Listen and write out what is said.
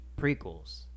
prequels